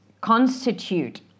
constitute